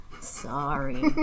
Sorry